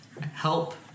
help